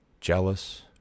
jealous